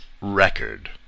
record